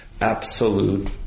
absolute